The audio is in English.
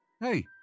Hey